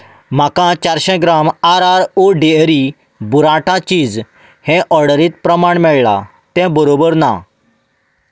म्हाका चारशें gram R R O dairy burrata cheese हे ऑर्डरींत प्रमाण मेळ्ळां तें बरोबर ना